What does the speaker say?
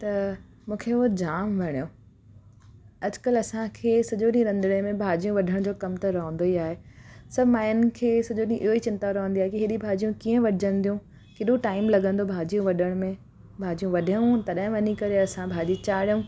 त मूंखे हुओ जाम वणियो अॼुकल्ह असांखे सॼो ॾींहुं रंधिणे में भाॼियूं वढण जो कम थो रहंदो ई आहे सभु माइयुनि खे सॼो ॾींहुं इहोई चिंता रहंदी आहे की एॾी भाॼियूं कीअं वढजंदियूं केॾो टाइम लॻंदो भाॼियूं वढण में भाॼियूं वढियूं तॾहिं वञी करे असां भाॼी चाढ़ियूं